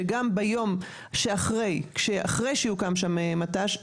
שגם ביום שאחרי שיוקם שם מט"ש,